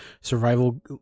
survival